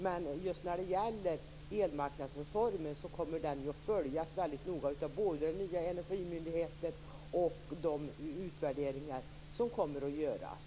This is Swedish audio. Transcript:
Men just elmarknadsreformen kommer ju att följas mycket noga av både den nya energimyndigheten och de utvärderingar som kommer att göras.